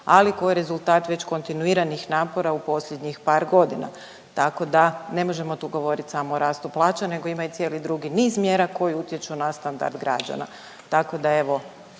ali koji je rezultat već kontinuiranih napora u posljednjih par godina tako da ne možemo tu govoriti samo o rastu plaća nego ima i cijeli drugi niz mjera koje utječu na standard građana,